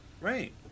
Right